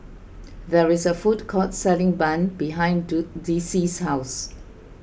there is a food court selling Bun behind do Dicie's house